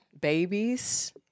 babies